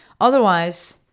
Otherwise